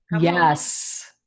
Yes